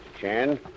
Chan